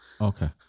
okay